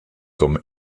comme